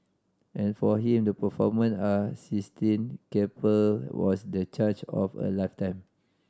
and for him the performance are Sistine Chapel was the charge of a lifetime